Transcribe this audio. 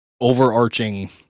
overarching